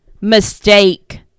mistake